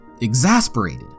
exasperated